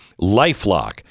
LifeLock